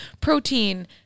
protein